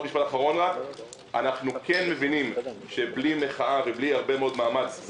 אנחנו כן מבינים שבלי מחאה ובלי הרבה מאוד מאמץ,